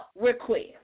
request